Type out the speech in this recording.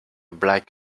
black